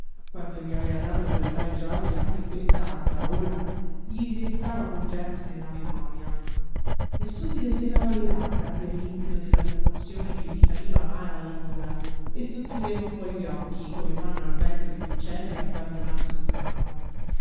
quando gli aveva dato quella tal gioja che quest'altra ora gli ridestava pungente nella memoria e subito serrava le labbra per l'impeto della commozione che gli saliva amara alla gola e socchiudeva un po gli occhi come fanno al vento gli uccelli abbandonati su un ramo